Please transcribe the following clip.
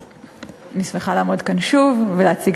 אנחנו עוברים לדיון בהצעת החוק הבאה: הצעת